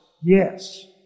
Yes